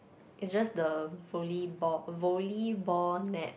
it's just the volleyball volleyball net